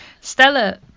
stella